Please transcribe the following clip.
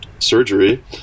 surgery